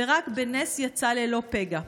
ורק בנס הוא יצא ללא פגע.